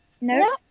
No